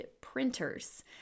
printers